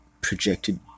projected